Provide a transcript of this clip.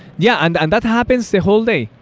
yeah, and and that happens the whole day.